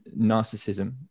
narcissism